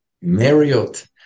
Marriott